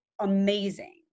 amazing